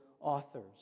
authors